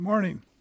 morning